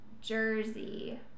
Jersey